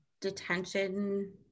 detention